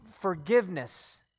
forgiveness